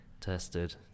tested